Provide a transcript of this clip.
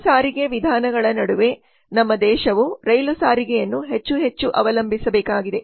ವಿವಿಧ ಸಾರಿಗೆ ವಿಧಾನಗಳ ನಡುವೆ ನಮ್ಮ ದೇಶವು ರೈಲು ಸಾರಿಗೆಯನ್ನು ಹೆಚ್ಚು ಹೆಚ್ಚು ಅವಲಂಬಿಸಬೇಕಾಗಿದೆ